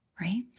right